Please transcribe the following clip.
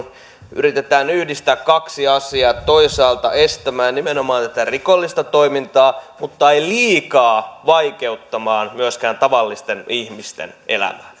yritetään yhdistää kaksi asiaa toisaalta estää nimenomaan tätä rikollista toimintaa mutta ei liikaa vaikeuttaa myöskään tavallisten ihmisten elämää